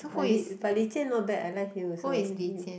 but Li but Li-Jian not bad I like him also really